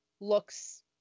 looks